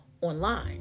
online